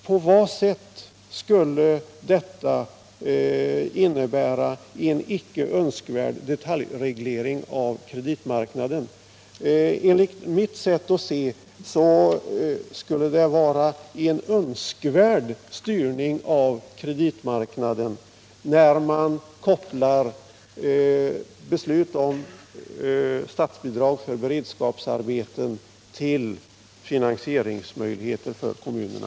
På vad sätt skulle detta innebära en icke önskvärd detaljreglering av kreditmarknaden? Enligt mitt sätt att se skulle det vara en önskvärd styrning av kreditmarknaden när man kopplar beslut om statsbidrag för beredskapsarbeten till finansieringsmöjligheter för kommunerna.